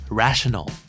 rational